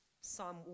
Psalm